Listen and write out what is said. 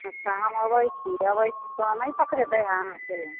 अच्छा हम अबै छी अबै छी कोइ नहि पकड़ि दै हए आहाँके